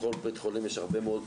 בכל בית חולים יש הרבה,